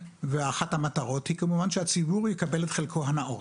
ואחת המטרות היא כמובן שהציבור יקבל את חלקו הנאות.